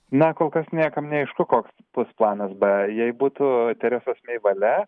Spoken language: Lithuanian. na kol kas niekam neaišku koks bus planas b jei būtų teresos mei valia